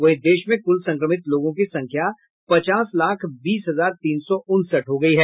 वहीं देश में कुल संक्रमित लोगों की संख्या पचास लाख बीस हजार तीन सौ उनसठ हो गई है